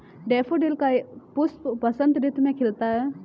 daffodil का पुष्प बसंत ऋतु में खिलता है